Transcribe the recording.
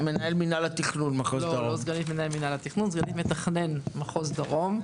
סגנית מתכנן, מחוז דרום.